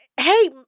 Hey